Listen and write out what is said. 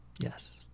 Yes